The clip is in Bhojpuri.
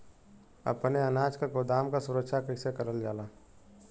अपने अनाज के गोदाम क सुरक्षा कइसे करल जा?